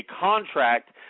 contract